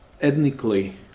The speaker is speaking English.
ethnically